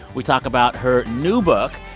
we talk about her new book,